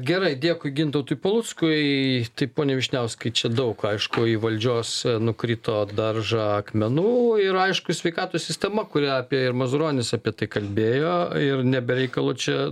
gerai dėkui gintautui paluckui taip pone vyšniauskai čia daug aišku į valdžios nukrito daržą akmenų ir aišku sveikatos sistema kurią apie ir mazuronis apie tai kalbėjo ir ne be reikalo čia